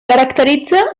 caracteritza